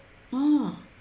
oh